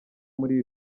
muri